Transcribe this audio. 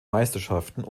meisterschaften